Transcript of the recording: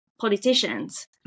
politicians